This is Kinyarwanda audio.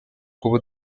kuba